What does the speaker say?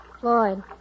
Floyd